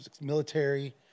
military